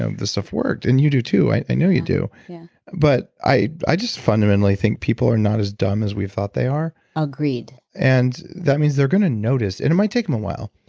ah this stuff worked. and you do too, i i know you do yeah but i i just fundamentally think people are not as dumb as we've thought they are agreed and that means they're going to notice and it might take them a while.